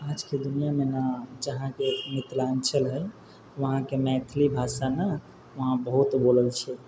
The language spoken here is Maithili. आजके दुनिआँमे ने जहाँके मिथिलाञ्चल हइ वहाँके मैथिली भाषा ने वहाँ बहुत बोलल छै